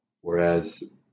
Whereas